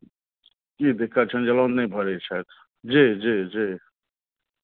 की दिक्कत छनि जे लोन नहि भरै छथि जी जी जी